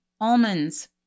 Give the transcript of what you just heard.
almonds